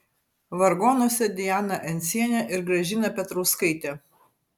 vargonuose diana encienė ir gražina petrauskaitė